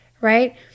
right